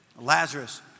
Lazarus